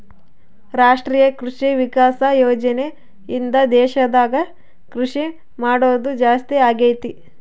ರಾಷ್ಟ್ರೀಯ ಕೃಷಿ ವಿಕಾಸ ಯೋಜನೆ ಇಂದ ದೇಶದಾಗ ಕೃಷಿ ಮಾಡೋದು ಜಾಸ್ತಿ ಅಗೈತಿ